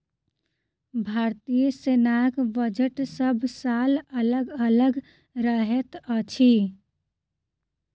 भारतीय सेनाक बजट सभ साल अलग अलग रहैत अछि